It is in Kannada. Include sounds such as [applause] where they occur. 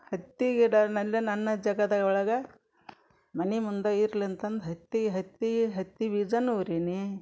ಹತ್ತಿ ಗಿಡ [unintelligible] ನನ್ನ ಜಾಗದ ಒಳ್ಗೆ ಮನೆ ಮುಂದೆ ಇರಲಿ ಅಂತಂದು ಹತ್ತಿ ಹತ್ತಿ ಹತ್ತಿ ಬೀಜನೂ ಊರೀನಿ